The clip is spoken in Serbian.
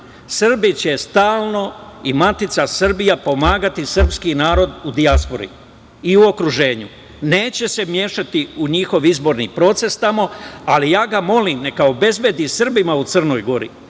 Srbi će stalno i matica Srbija pomagati srpski narod u dijaspori i u okruženju. Neće se mešati u njihov izborni proces tamo, ali ja ga molim, neka obezbedi Srbima u Crnoj Gori